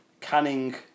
canning